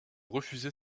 refuser